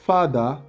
Father